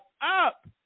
up